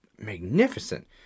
magnificent